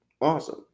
Awesome